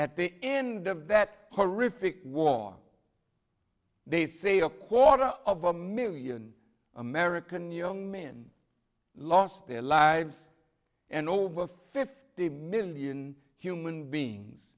at the end of that horrific war they say a quarter of a million american young men lost their lives and over fifty million human beings